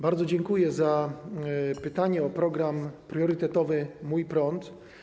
Bardzo dziękuję za pytanie o program priorytetowy „Mój prąd”